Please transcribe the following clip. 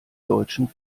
deutschen